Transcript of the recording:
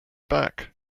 back